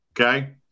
Okay